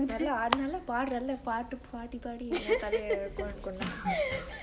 நல்லா அது நல்லா பாட்ர நல்லா பாட்டு பாடி பாடி கதைய கொண்டுபொவு:nalla athu nalla paadre nalla paatu paadi paadi katheiye kondupovu